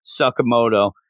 Sakamoto